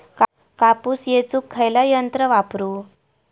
कापूस येचुक खयला यंत्र वापरू?